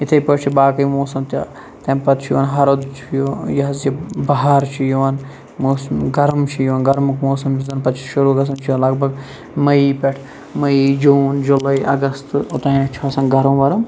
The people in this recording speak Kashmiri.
یِتھے پٲٹھۍ چھِ باقٕے موسَم تہِ تمہِ پَتہٕ چھُ یِوان ہَرُد یہِ حظ یہِ بَہار چھُ یِوان موسم گَرم چھُ یِوان گَرمُک موسم چھُ زَن پتہٕ شُروع گَژھان یہَ چھُ یِوان لَگ بگ میے پٮ۪ٹھ میے جوٗن جُلاے اَگَست اوتانٮ۪تھ چھُ آسان گَرم وَرم